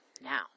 now